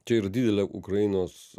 čia yra didelė ukrainos